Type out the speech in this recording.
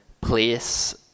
place